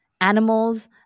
animals